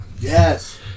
Yes